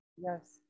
yes